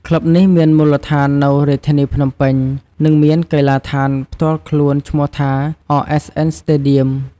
ក្លឹបនេះមានមូលដ្ឋាននៅរាជធានីភ្នំពេញ និងមានកីឡដ្ឋានផ្ទាល់ខ្លួនឈ្មោះថា RSN Stadium។